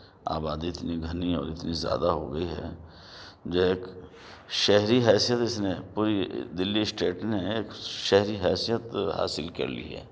آبادی اتنی گھنی اور اتنی زیادہ ہو گئی ہے جو ایک شہری حیثیت اِس نے پوری دِلّی اسٹیٹ نے ایک شہری حیثیت حاصل کر لی ہے